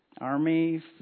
Army